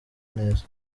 neza